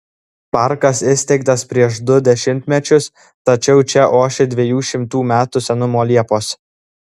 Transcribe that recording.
parkas įsteigtas prieš du dešimtmečius tačiau čia ošia dviejų šimtų metų senumo liepos